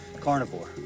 Carnivore